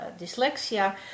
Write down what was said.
dyslexia